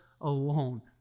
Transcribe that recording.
alone